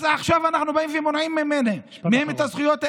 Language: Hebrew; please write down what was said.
אז עכשיו אנחנו באים ומונעים מהם את הזכויות האלה.